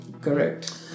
Correct